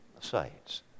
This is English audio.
sites